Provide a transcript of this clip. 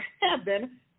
heaven